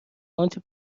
آنچه